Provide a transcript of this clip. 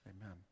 Amen